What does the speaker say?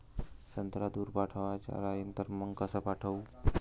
संत्रा दूर पाठवायचा राहिन तर मंग कस पाठवू?